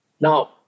Now